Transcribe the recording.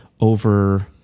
over